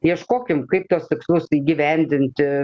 ieškokim kaip tuos tikslus įgyvendinti